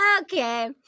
Okay